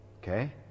Okay